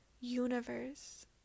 universe